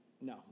no